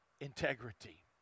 integrity